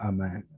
Amen